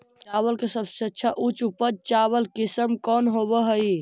चावल के सबसे अच्छा उच्च उपज चावल किस्म कौन होव हई?